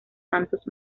santos